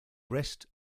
rest